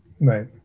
Right